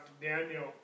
Daniel